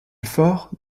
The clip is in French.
fort